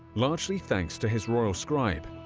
largely thanks to his royal scribe,